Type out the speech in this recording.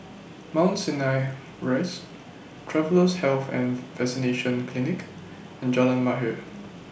Mount Sinai Rise Travellers' Health and Vaccination Clinic and Jalan Mahir